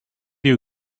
you